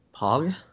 Pog